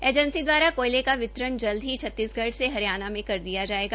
agency दवारा कोयले का वितरण जल्द ही छत्तीसगढ़ से हरियाणा में कर दिया जायेगा